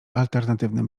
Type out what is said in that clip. alternatywnym